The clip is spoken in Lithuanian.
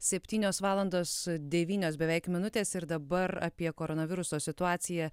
septynios valandos devynios beveik minutės ir dabar apie koronaviruso situaciją